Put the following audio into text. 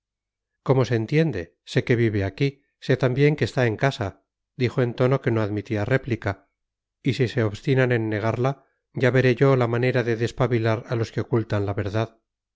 cómo se entiende sé que vive aquí sé también que está en casa dijo en tono que no admitía réplica y si se obstinan en negarla ya veré yo la manera de despabilar a los que ocultan la verdad